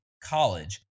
college